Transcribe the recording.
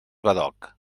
badoc